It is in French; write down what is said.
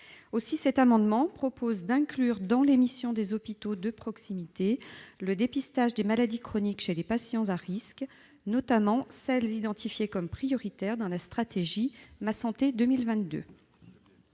Aussi cet amendement vise-t-il à inclure dans les missions des hôpitaux de proximité le dépistage des maladies chroniques chez les patients à risques, notamment celles identifiées comme prioritaires dans la stratégie Ma santé 2022.